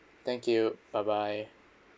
thank you bye bye